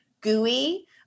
gooey